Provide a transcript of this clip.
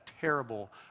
terrible